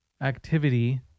activity